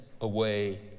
away